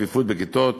צפיפות בכיתות,